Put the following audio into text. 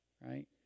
right